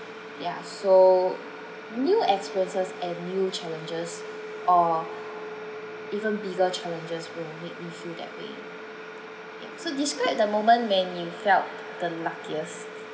ya so new experiences and new challenges or even bigger challenges will make me feel that way yeah so describe the moment when you felt the luckiest